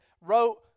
wrote